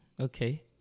okay